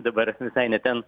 dabar visai ne ten